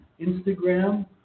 Instagram